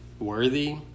Worthy